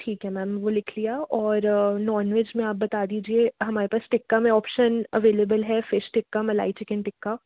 ठीक है मैम वो लिख लिया और नॉन वेज में आप बता दीजिए हमारे पास टिक्का में ऑप्शन अवेलेबल हैं फिश टिक्का मलाई चिकन टिक्का